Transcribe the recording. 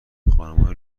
خانمهای